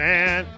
Man